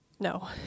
No